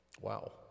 Wow